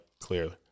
clearly